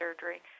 surgery